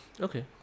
Okay